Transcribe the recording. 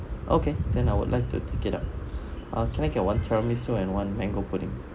okay then I would like to take it up uh can I get one tiramisu and one mango pudding